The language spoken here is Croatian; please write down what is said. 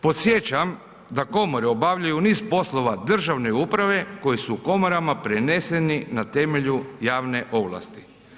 Podsjećam da komore obavljaju niz poslova državne uprave koje su komorama preneseni na temelju javne ovlasti.